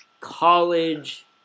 college